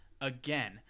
again